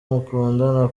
mukundana